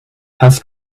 has